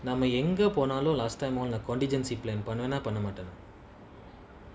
நாமஎங்கபோனாலும்:nama enga ponalum contingency plan பண்ணுவோமாபண்ணமாட்டோமா:pannuvoma pannamatoma